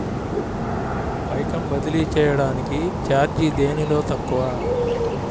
పైకం బదిలీ చెయ్యటానికి చార్జీ దేనిలో తక్కువ?